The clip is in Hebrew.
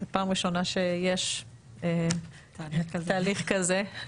זו פעם ראשונה שיש תהליך כזה,